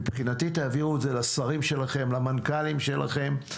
מבחינתי, תעבירו את זה לשרים ולמנכ"לים שלכם.